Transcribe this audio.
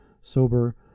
sober